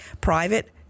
private